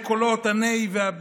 פעם ראשונה שאני נואם פה